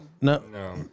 No